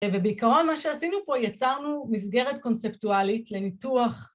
ובעיקרון מה שעשינו פה יצרנו מסגרת קונספטואלית לניתוח